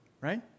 right